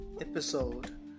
episode